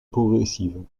progressive